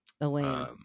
elaine